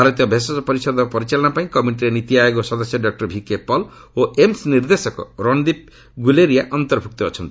ଭାରତୀୟ ଭେଷଜ ପରିଷଦ ପରିଚାଳନା ପାଇଁ କମିଟିରେ ନୀତି ଆୟୋଗ ସଦସ୍ୟ ଡକ୍ଟର ଭିକେ ପଲ୍ ଓ ଏମ୍ସ ନିର୍ଦ୍ଦେଶକ ରଣଦୀପ୍ ଗୁଲେରିଆ ଅନ୍ତର୍ଭୁକ୍ତ ଅଛନ୍ତି